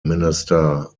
minister